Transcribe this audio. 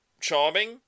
charming